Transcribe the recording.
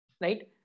right